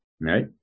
Right